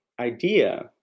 idea